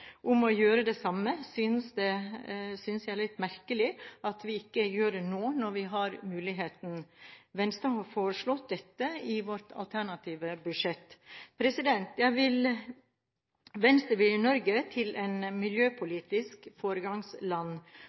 om å gjøre det samme, synes vi det er litt merkelig at vi ikke gjør det nå, når vi har muligheten. Venstre har foreslått dette i sitt alternative budsjett. Venstre vil gjøre Norge til et miljøpolitisk foregangsland,